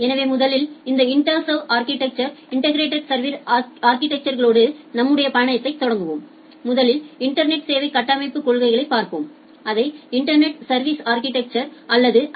எனவே முதலில் இந்த இன்டெகிரெட் சா்விஸ் அா்கிடெக்சரோடு நம்முடைய பயணத்தைத் தொடங்குவோம் முதலில் இன்டர்நெட் சேவை கட்டமைப்புக் கொள்கைகளைப் பார்ப்போம் அதை இன்டர்நெட் சா்விஸ் அா்கிடெட் அல்லது ஐ